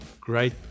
great